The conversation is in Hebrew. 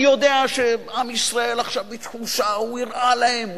אני יודע שעם ישראל עכשיו בתחושה "הוא הראה להם",